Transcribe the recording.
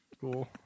Cool